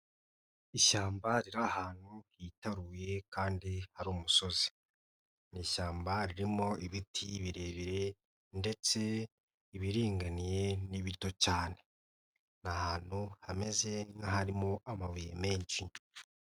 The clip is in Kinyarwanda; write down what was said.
Ishyamba ry'ahantu hitaruye kandi hari umusozi. Ni ishyamba ririmo ibiti birebire ndetse ibiringaniye n'ibito cyane. Ni ahantu hameze nk'aharimo amabuye menshi.